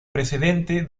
precedente